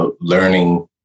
learning